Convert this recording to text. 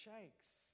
shakes